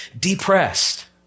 depressed